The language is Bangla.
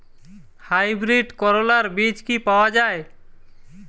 হাইব্রিড করলার বীজ কি পাওয়া যায়?